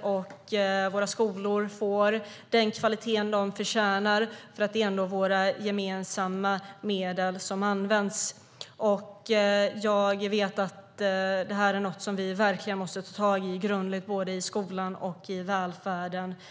skolor och elever får den kvalitet de förtjänar. Det är ju våra gemensamma medel som används. Detta måste vi ta tag i ordentligt i både skola och övrig välfärd.